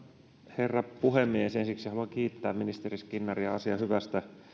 herra puhemies ensiksi haluan kiittää ministeri skinnaria asian hyvästä